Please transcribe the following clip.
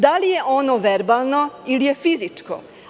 Da li je ono verbalno ili je fizičko.